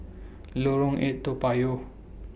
Lorong eight Toa Payoh